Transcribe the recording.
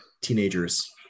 teenagers